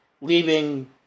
Leaving